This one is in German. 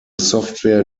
software